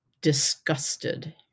disgusted